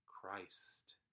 Christ